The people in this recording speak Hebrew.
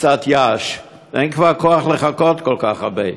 קצת יי"ש, אין כבר כוח לחכות כל כך הרבה.